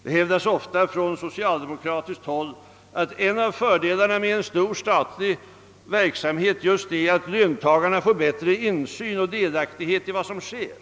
Det hävdas ofta från socialdemokratiskt håll att en av fördelarna med en stor statlig företagsamhet är att löntagarna får bättre insyn och delaktighet i verksamheten.